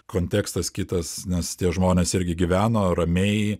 kontekstas kitas nes tie žmonės irgi gyveno ramiai